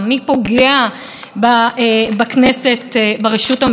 הממשלה הנוכחית, וגם זו שלפניה, הפכה את המשמעת